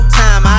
time